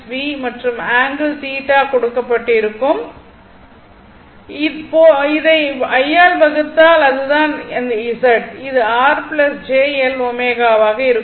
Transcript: v மற்றும் angle θ கொடுக்கப்பட்டிருக்கும் போது அதை i ஆல் வகுத்தால் அது தான் இந்த Z இது R j L ω ஆக இருக்கும்